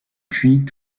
puits